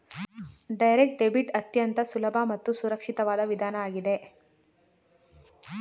direct debit ಅತ್ಯಂತ ಸುಲಭ ಮತ್ತು ಸುರಕ್ಷಿತವಾದ ವಿಧಾನ ಆಗಿದೆ